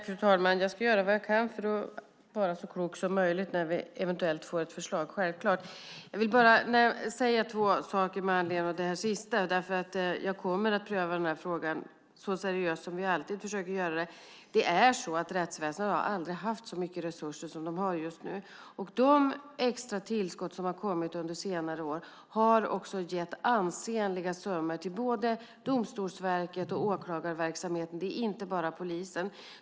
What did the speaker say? Fru talman! Jag ska göra vad jag kan för att vara så klok som möjligt när vi eventuellt får ett förslag. Det är självklart. Frågan kommer att prövas så seriöst som vi alltid försöker göra, och jag vill bara säga två saker med anledning av det sista. Det är så att rättsväsendet aldrig har haft så mycket resurser som de har just nu. De extra tillskott som har kommit under senare år har också gett ansenliga summor till både Domstolsverket och åklagarverksamheter, alltså inte bara till polisen.